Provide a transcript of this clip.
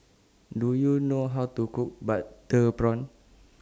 Do YOU know How to Cook Butter Prawn